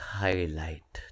highlight